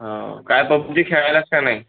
ह काय पबजी खेळायलास का नाही